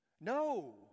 No